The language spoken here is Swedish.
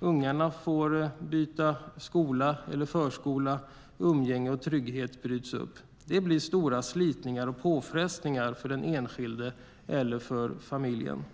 Ungarna får byta skola eller förskola, och umgänge och trygghet bryts upp. Det blir stora slitningar och påfrestningar för den enskilde eller för familjen.